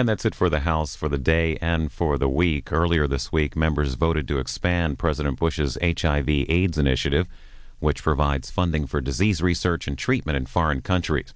and that's it for the house for the day and for the week earlier this week members voted to expand president bush's h i v aids initiative which provides funding for disease research and treatment in foreign countries